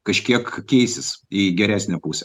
kažkiek keisis į geresnę pusę